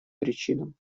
причинам